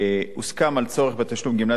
הוסכם על צורך בתשלום גמלת שירותים